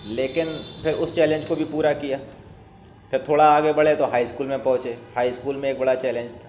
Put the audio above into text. لیکن پھر اس چیلنج کو بھی پورا کیا پھر تھوڑا آگے بڑھے تو ہائی اسکول میں پہنچے ہائی اسکول میں ایک بڑا چیلنج تھا